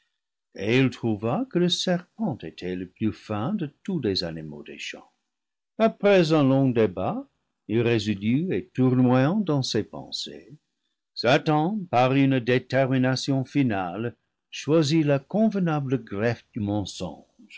il trouva que le serpent était le plus fin de tous les animaux des champs après un long débat irrésolu et tournoyant dans ses pensées satan par une détermination finale choisit la convenable greffe du mensonge